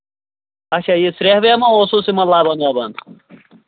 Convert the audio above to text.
اچھا یہِ سرٛیٚہہ ویٚہہ مہ اوسُس یِمن لَبن وَبَن